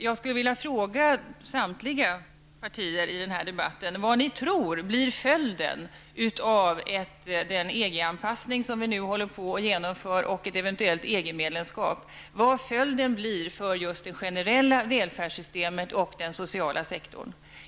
Jag skulle vilja fråga samtliga partier i den här debatten vad ni tror blir följden för det generella välfärdssystemet och den sociala sektorn av den EG-anpassning som vi nu genomför och ett eventuellt EG-medlemskap.